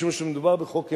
משום שמדובר בחוק אנושי.